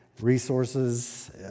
resources